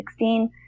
2016